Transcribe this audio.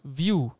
view